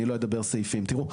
אני לא אדבר בסעיפים: תראו,